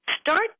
Start